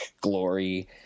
glory